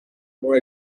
more